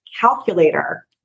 Calculator